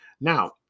Now